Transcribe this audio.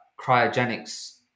cryogenics